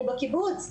אני בקיבוץ,